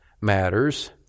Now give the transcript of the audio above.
matters